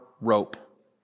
rope